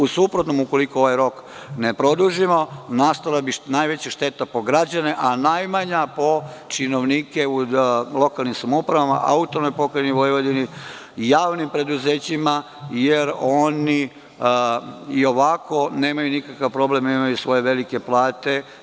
U suprotnom, ukoliko taj rok ne produžimo nastala bi najveća šteta po građane, a najmanja po činovnike u lokalnim samoupravama, AP Vojvodini, javnim preduzećima, jer oni i ovako nemaju nikakav problem, imaju svoje velike plate.